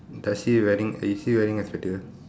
does she wearing is she wearing a spectacle